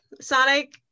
Sonic